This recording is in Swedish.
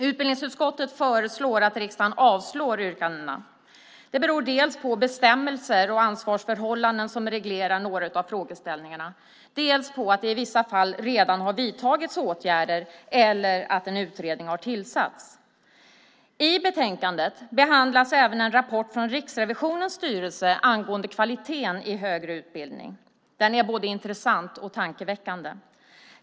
Utbildningsutskottet föreslår att riksdagen avslår yrkandena. Det beror dels på bestämmelser och ansvarsförhållanden som reglerar några av frågeställningarna, dels på att det i vissa fall redan har vidtagits åtgärder eller att en utredning har tillsatts. I betänkandet behandlas även en rapport från Riksrevisionens styrelse angående kvaliteten i högre utbildning. Den är både intressant och tankeväckande.